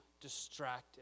distracted